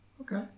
Okay